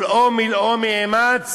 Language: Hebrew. ולאום מלאום יאמץ